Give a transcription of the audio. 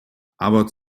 aber